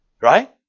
Right